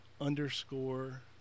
underscore